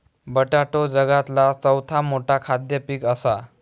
बटाटो जगातला चौथा मोठा खाद्य पीक असा